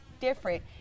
different